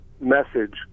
message